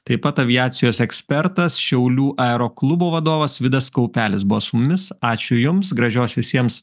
taip pat aviacijos ekspertas šiaulių aeroklubo vadovas vidas kaupelis buvo su mumis ačiū jums gražios visiems